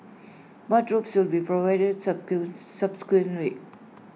bathrobes will be provided subsequently